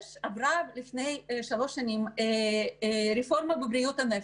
לפני שלוש שנים עברה רפורמה בבריאות הנפש.